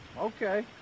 Okay